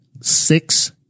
six